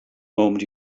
moment